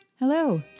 Hello